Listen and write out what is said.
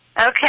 Okay